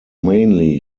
mainly